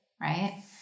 right